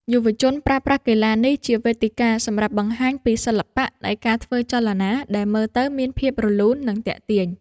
យុវជនប្រើប្រាស់កីឡានេះជាវេទិកាសម្រាប់បង្ហាញពីសិល្បៈនៃការធ្វើចលនាដែលមើលទៅមានភាពរលូន និងទាក់ទាញ។